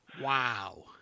Wow